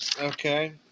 Okay